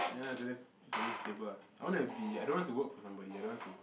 ya for me stable ah I wanna be I don't want to work for somebody I don't want to